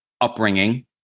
upbringing